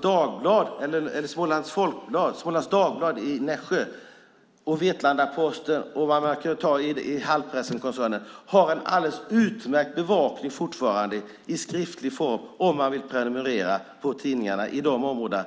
Men i Helene Peterssons område har Smålands Dagblad i Nässjö och Vetlanda-Posten fortfarande en alldeles utmärkt bevakning i skriftlig form - om man vill prenumerera på tidningarna i de